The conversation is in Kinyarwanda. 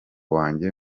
wanjye